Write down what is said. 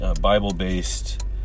Bible-based